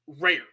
rare